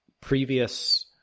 previous